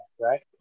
right